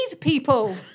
people